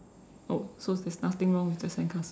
oh so there's nothing wrong with the sandcastle